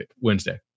Wednesday